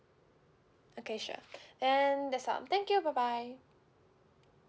okay sure then that's all thank you bye bye